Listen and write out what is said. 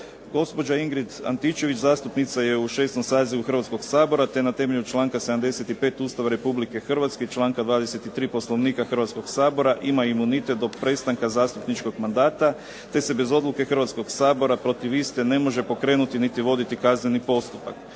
Gospođa Ingrid Antičević zastupnica je 6. sazivu Hrvatskog sabora te na temelju članka 75. Ustava Republike Hrvatske i članka 23. Poslovnika Hrvatskog sabora ima imunitet do prestanka zastupničkog mandata, te se bez odluke Hrvatskog sabora protiv iste ne može pokrenuti niti voditi kazneni postupak.